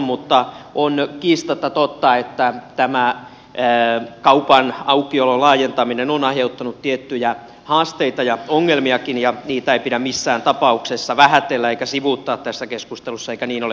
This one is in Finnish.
mutta on kiistatta totta että tämä kaupan aukiolon laajentaminen on aiheuttanut tiettyjä haasteita ja ongelmiakin ja niitä ei pidä missään tapauksessa vähätellä eikä sivuuttaa tässä keskustelussa eikä niin ole tapahtunutkaan